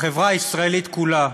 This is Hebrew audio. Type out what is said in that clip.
החברה הישראלית כולה,